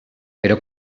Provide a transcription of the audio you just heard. però